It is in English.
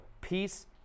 Peace